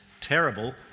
terrible